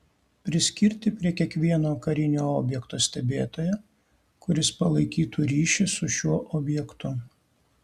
priskirti prie kiekvieno karinio objekto stebėtoją kuris palaikytų ryšį su šiuo objektu